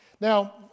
Now